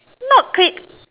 not pig